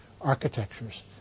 architectures